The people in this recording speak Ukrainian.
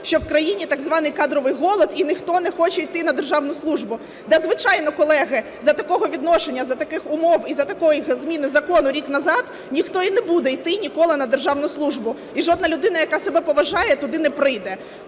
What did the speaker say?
що в країні так званий "кадровий голод" і ніхто не хоче йти на державну службу. Та звичайно, колеги, за такого відношення, за таких умов і за такої зміни закону рік назад ніхто і не буде йти ніколи на державну службу, і жодна людина, яка себе поважає, туди не прийде.